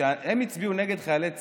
כשהם הצביעו נגד חיילי צה"ל,